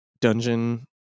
dungeon